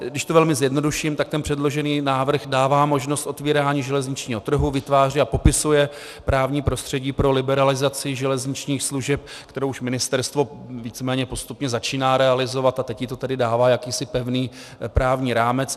Když to velmi zjednoduším, předložený návrh dává možnost otvírání železničního trhu, vytváří a popisuje právní prostředí pro liberalizaci železničních služeb, kterou už Ministerstvo víceméně postupně začíná realizovat, a teď jí to tedy dává jakýsi pevný právní rámec.